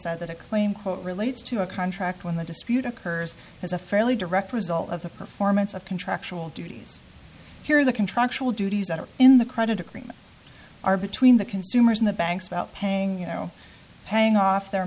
said that a claim quote relates to a contract when the dispute occurs is a fairly direct result of the performance of contractual duties here in the contractual duties that are in the credit agreement are between the consumers in the banks about paying you know paying off their